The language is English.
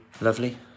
lovely